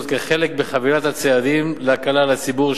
כחלק מחבילת הצעדים להקלה על הציבור,